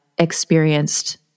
experienced